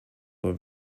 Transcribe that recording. were